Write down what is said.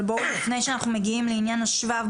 לפני שאנחנו מגיעים לעניין השבב,